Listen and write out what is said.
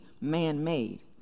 man-made